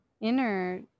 inner